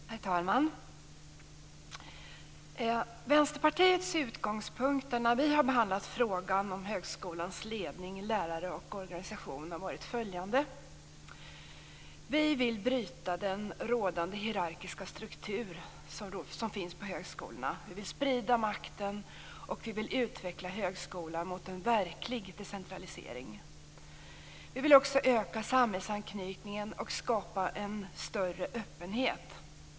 Herr talman! Vänsterpartiets utgångspunkt när vi har behandlat frågan om högskolans ledning, lärare och organisation har varit följande: Vi vill bryta den rådande hierarkiska struktur som finns på högskolorna. Vi vill sprida makten och utveckla högskolan mot en verklig decentralisering. Vi vill också öka samhällsanknytningen och skapa en större öppenhet.